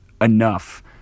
enough